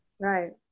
Right